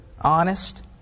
honest